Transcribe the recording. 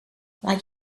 like